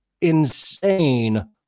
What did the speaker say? insane